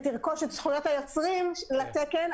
ותרכוש את זכויות היוצרים לתקן,